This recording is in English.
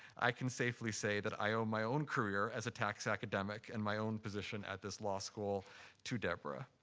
i can safely say that i owe my own career as a tax academic and my own position at this law school to deborah.